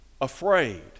afraid